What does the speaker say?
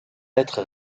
être